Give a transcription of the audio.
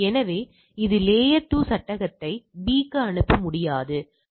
எனவே கை வர்க்கப் புள்ளிவிவரங்களின் மதிப்பு 0 மற்றும் 5 க்கு இடையில் விழும் நிகழ்தகவை இது தருகிறது